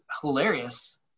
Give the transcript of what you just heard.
hilarious